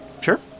Sure